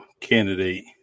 candidate